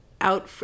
out